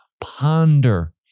ponder